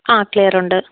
ആ ക്ലിയർ ഉണ്ട്